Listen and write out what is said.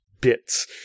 bits